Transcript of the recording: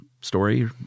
story